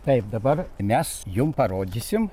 taip dabar mes jum parodysim